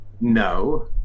no